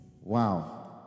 Wow